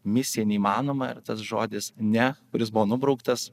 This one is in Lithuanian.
misija neįmanoma ir tas žodis ne kuris buvo nubrauktas